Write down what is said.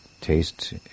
Taste